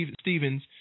Stevens